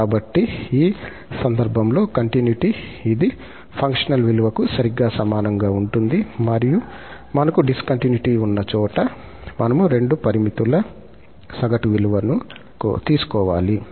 కాబట్టిఈ సందర్భంలో కంటిన్యుటీ ఇది ఫంక్షనల్ విలువకు సరిగ్గా సమానంగా ఉంటుంది మరియు మనకు డిస్కంటిన్యుటీ ఉన్న చోట మనము రెండు పరిమితుల సగటు విలువను తీసుకోవాలి